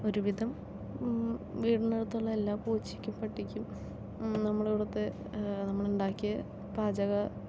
ഒരു വിധം വീടിനടുത്തുള്ള എല്ലാ പൂച്ചക്കും പട്ടിക്കും നമ്മളിവിടെത്തെ നമ്മളുണ്ടാക്കിയ പാചക